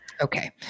Okay